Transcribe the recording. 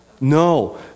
No